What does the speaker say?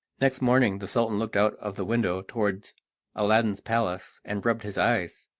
next morning the sultan looked out of the window towards aladdin's palace and rubbed his eyes,